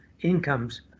incomes